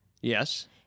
Yes